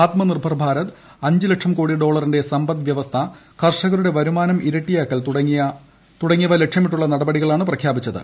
ആത്മനിർഭർ ഭാരത് അഞ്ച് ലക്ഷം കോടി ഡോളറിന്റെ സമ്പദ്വൃവസ്ഥ കർഷകരുടെ വരുമാനം ഇരട്ടിയാക്കൽ തുടങ്ങിയ ലക്ഷ്യമിട്ടുള്ള നടപടികളാണ് പ്രഖ്യാപിച്ചത്